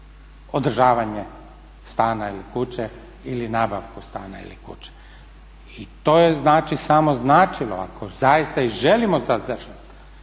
održavanje stana ili kuće ili nabavku stana ili kuće. I to je znači samo značilo ako zaista i želimo …/Govornik